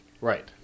Right